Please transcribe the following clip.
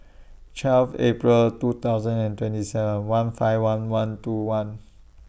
twelve April two thousand and twenty seven one five one one two one